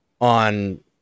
on